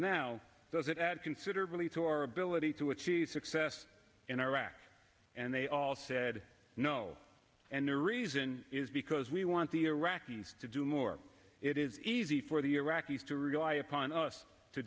now does it add considerably to our ability to achieve success in iraq and they all said no and the reason is because we want the iraqis to do more it is easy for the iraqis to rely upon us to